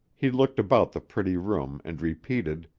he looked about the pretty room and repeated,